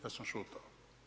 Ja sam šutao.